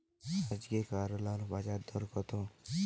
আজকে করলার বাজারদর কত?